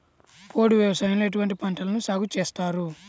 పోడు వ్యవసాయంలో ఎటువంటి పంటలను సాగుచేస్తారు?